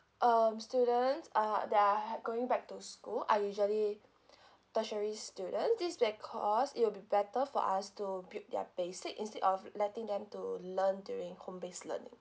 um students are that are ha~ going back to school are usually tertiary student this because it'll be better for us to build their basic instead of letting them to learn during home based learning